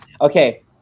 Okay